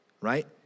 right